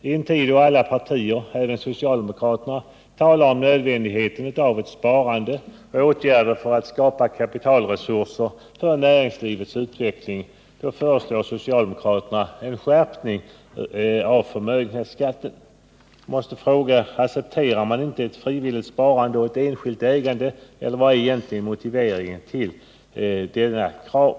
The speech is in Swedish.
I en tid då alla partier, även socialdemokraterna, talar om nödvändigheten av ett sparande och åtgärder för att skapa kapitalresurser för näringslivets utveckling föreslår socialdemokraterna en skärpning av förmögenhetsskatten. Jag måste fråga: Accepterar man inte ett frivilligt sparande eller ett enskilt ägande, eller vad är egentligen motiveringen till detta krav?